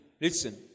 listen